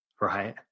right